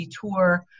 tour